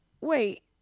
wait